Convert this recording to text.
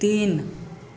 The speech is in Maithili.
तीन